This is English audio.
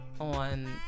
on